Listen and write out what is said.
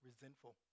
resentful